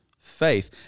faith